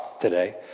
today